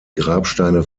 grabsteine